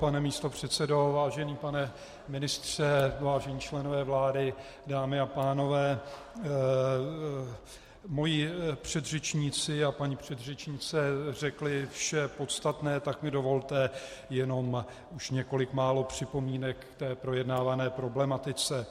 Pane místopředsedo, vážený pane ministře, vážení členové vlády, dámy a pánové, moji předřečníci a paní předřečnice řekli vše podstatné, tak mi dovolte už jenom několik málo připomínek k projednávané problematice.